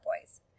boys